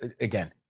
again